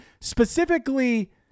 specifically